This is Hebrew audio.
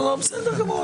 בסדר גמור.